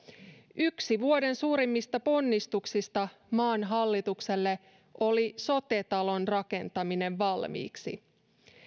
yksi vuoden suurimmista ponnistuksista maan hallitukselle oli sote talon rakentaminen valmiiksi